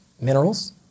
minerals